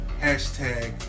hashtag